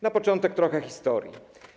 Na początek trochę historii.